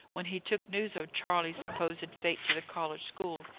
when he took news of charles's supposed fate to the college school,